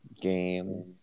game